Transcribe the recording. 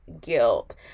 guilt